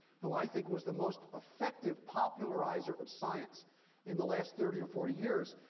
who i think was the most effective popularizer of science in the last thirty or forty years,